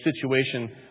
situation